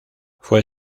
fue